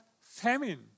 famine